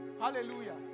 Hallelujah